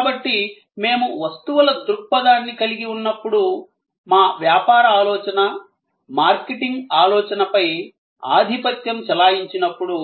కాబట్టి మేము వస్తువుల దృక్పథాన్ని కలిగి ఉన్నప్పుడు మా వ్యాపార ఆలోచన మార్కెటింగ్ ఆలోచనపై ఆధిపత్యం చెలాయించినప్పుడు